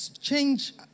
Change